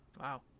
wow